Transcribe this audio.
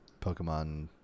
Pokemon